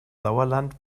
sauerland